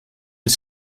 het